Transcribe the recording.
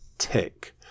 tick